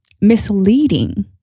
misleading